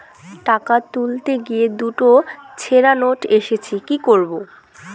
টাকা তুলতে গিয়ে দুটো ছেড়া নোট এসেছে কি করবো?